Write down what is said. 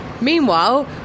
meanwhile